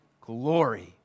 glory